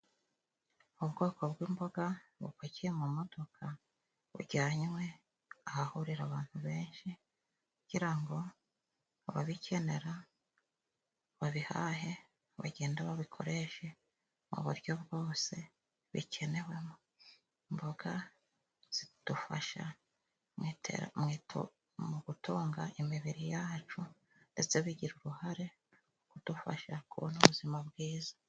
Ubwoko bw'imboga bupakiye mu modoka bujyanywe ahahurira abantu benshi, kugira ngo ababikenera babihahe, bagende babikoreshe mu buryo bwose bikenewemo. Imboga zidufasha mu gutunga imibiri yacu, ndetse bigira uruhare mu kudufasha kubona ubuzima bwiza.